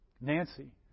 Nancy